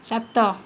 ସାତ